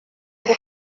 ngo